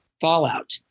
fallout